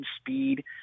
speed